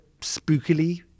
spookily